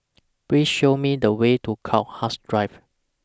Please Show Me The Way to Crowhurst Drive